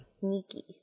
sneaky